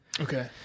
okay